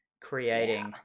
creating